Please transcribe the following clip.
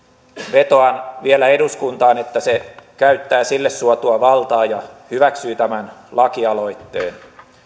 vetoan vielä eduskuntaan että se käyttää sille suotua valtaa ja hyväksyy tämän lakialoitteen